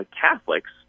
Catholics